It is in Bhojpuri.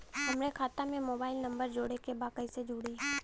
हमारे खाता मे मोबाइल नम्बर जोड़े के बा कैसे जुड़ी?